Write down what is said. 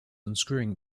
unscrewing